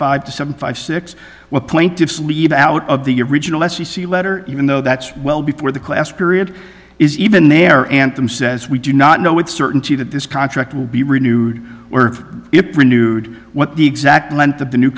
five to seven five six what plaintiffs leave out of the original s c c letter even though that's well before the class period is even there and tim says we do not know with certainty that this contract will be renewed or renewed what the exact length of the new